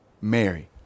Mary